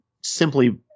simply